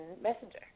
Messenger